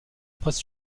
presse